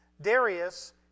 Darius